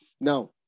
Now